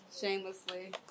Shamelessly